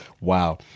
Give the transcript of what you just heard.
Wow